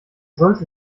sollte